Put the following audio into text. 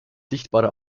sichtbare